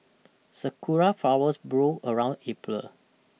sakura flowers bloom around April